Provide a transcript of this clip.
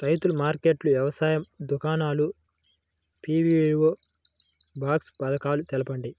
రైతుల మార్కెట్లు, వ్యవసాయ దుకాణాలు, పీ.వీ.ఓ బాక్స్ పథకాలు తెలుపండి?